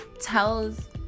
tells